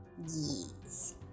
Yes